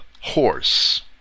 horse